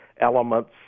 elements